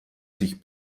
sich